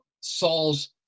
Saul's